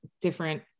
different